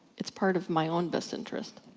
it's part of my own best interests.